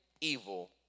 evil